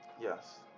Yes